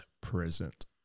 present